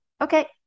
okay